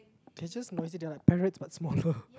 they are just noisy they are like parrots but smaller